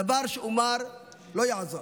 דבר שהוא מר לא יעזור.